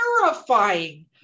terrifying